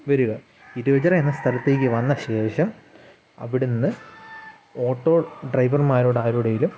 വരിക ഇരവുചിറ എന്ന സ്ഥലത്തേക്കു വന്ന ശേഷം അവിടെ നിന്ന് ഓട്ടോ ഡ്രൈവർമാരോടാരോടെങ്കിലും